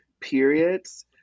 periods